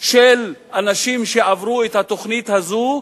של אנשים שעברו את התוכנית הזאת,